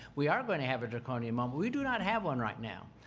we are going to have a draconian moment. we do not have one right now.